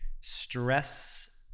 stress